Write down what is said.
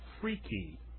freaky